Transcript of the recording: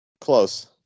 Close